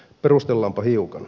perustellaanpa hiukan